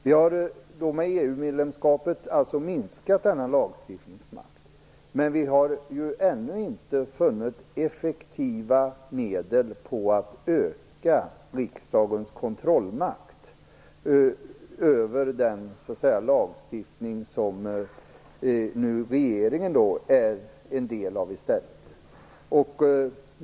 I och med EU-medlemskapet har vi minskat denna lagstiftningsmakt, men vi har ännu inte funnit effektiva medel för att öka riksdagens kontrollmakt över den lagstiftning som nu regeringen är en del av i stället.